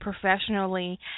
professionally